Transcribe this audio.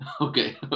Okay